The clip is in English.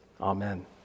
Amen